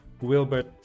wilbert